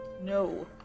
No